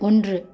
ஒன்று